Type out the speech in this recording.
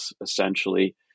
essentially